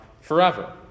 forever